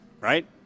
Right